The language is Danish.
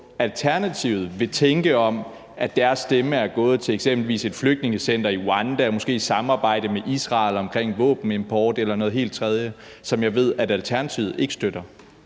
Alternativet, vil tænke om, at deres stemme er gået til eksempelvis et flygtningecenter i Rwanda, måske et samarbejde med Israel om våbenimport eller noget helt tredje, som jeg ved at Alternativet ikke støtter?